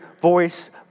voice